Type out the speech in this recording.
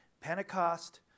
Pentecost